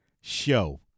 show